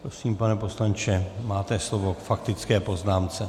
Prosím, pane poslanče, máte slovo k faktické poznámce.